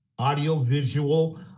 audiovisual